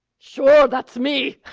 sure. that's me.